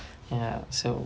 ya so